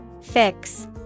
Fix